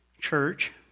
church